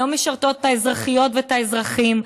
שלא משרתות את האזרחיות ואת האזרחים.